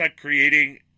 creating